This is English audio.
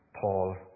Paul